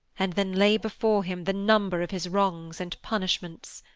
and then lay before him the number of his wrongs and punishments.